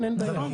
הנושאים,